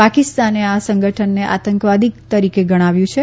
પાકિસ્તાને આ સંગઠનને આતંકવાદી તરીકે ગણાવ્યું છે